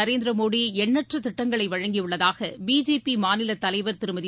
நரேந்திர மோடி எண்ணற்ற திட்டங்களை வழங்கியுள்ளதாக பிஜேபி மாநிலத் தலைவர் திருமதி